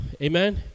Amen